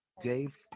dave